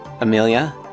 Amelia